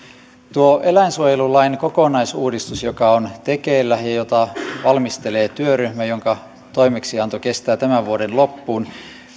tuo eläinsuojelulain kokonaisuudistus joka on tekeillä ja jota valmistelee työryhmä jonka toimeksianto kestää tämän vuoden loppuun